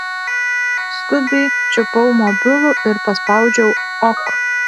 skubiai čiupau mobilų ir paspaudžiau ok